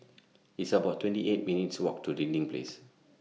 It's about twenty eight minutes' Walk to Dinding Place